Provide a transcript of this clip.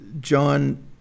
John